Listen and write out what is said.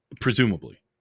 Presumably